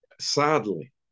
sadly